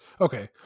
Okay